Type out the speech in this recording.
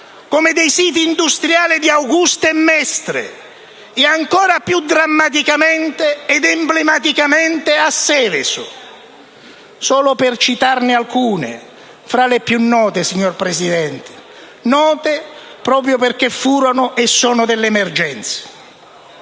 come dei siti industriali di Augusta e Marghera ancora più drammaticamente ed emblematicamente, a Seveso. Solo per citarne alcune fra le più note; note proprio perché furono e sono emergenze.